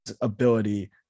ability